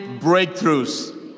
breakthroughs